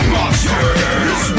Monsters